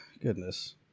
Goodness